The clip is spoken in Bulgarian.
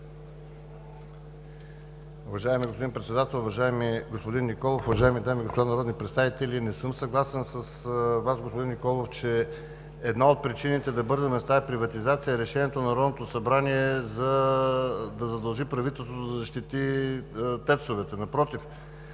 Уважаеми господин Председател, уважаеми господин Николов, уважаеми дами и господа народни представители! Не съм съгласен с Вас, господин Николов, че една от причините да бързаме с тази приватизация е решението на Народното събрание да задължи правителството да защити ТЕЦ-овете. Напротив,